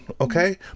okay